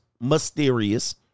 mysterious